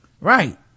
Right